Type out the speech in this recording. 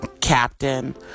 Captain